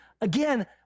Again